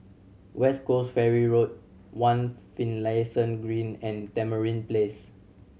West Coast Ferry Road One Finlayson Green and Tamarind Place